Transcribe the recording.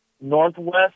northwest